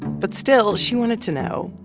but still, she wanted to know,